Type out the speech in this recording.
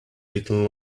little